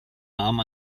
namen